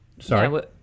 Sorry